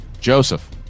Joseph